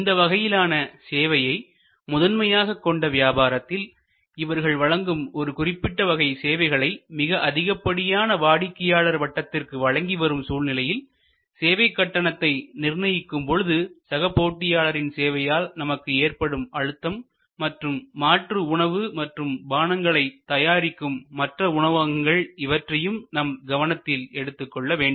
இந்த வகையிலான சேவையை முதன்மையாகக் கொண்ட வியாபாரத்தில்இவர்கள் வழங்கும் ஒரு குறிப்பிட்ட வகை சேவைகளை மிக அதிகப்படியான வாடிக்கையாளர் வட்டத்திற்கு வழங்கி வரும் சூழ்நிலையில் சேவைக் கட்டணத்தை நிர்ணயிக்கும் பொழுதுசக போட்டியாளர்களின் சேவையால் நமக்கு ஏற்படும் அழுத்தம் மற்றும் மாற்று உணவு மற்றும் பானங்களை தயாரிக்கும் மற்ற உணவகங்கள் இவற்றையும் நாம் கவனத்தில் எடுத்துக் கொள்ள வேண்டும்